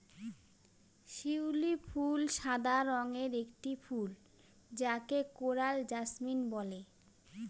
শিউলি ফুল সাদা রঙের একটি ফুল যাকে কোরাল জাসমিন বলে